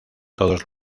todos